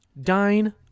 dine